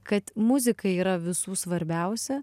kad muzika yra visų svarbiausia